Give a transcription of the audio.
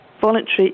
voluntary